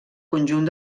conjunt